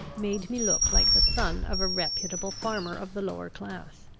made me look like the son of a reputable farmer of the lower class.